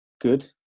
good